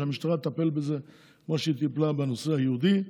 שהמשטרה תטפל בזה כמו שהיא טיפלה בנושא היהודי,